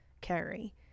carry